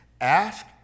Ask